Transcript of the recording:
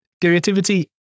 creativity